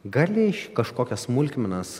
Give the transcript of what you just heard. gali kažkokias smulkmenas